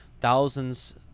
Thousands